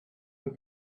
have